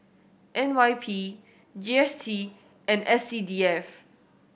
N Y P G S T and S C D F